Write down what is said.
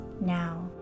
now